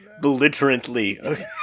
belligerently